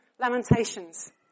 lamentations